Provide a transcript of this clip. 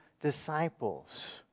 disciples